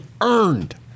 earned